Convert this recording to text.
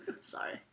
Sorry